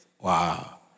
Wow